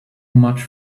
much